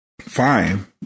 Fine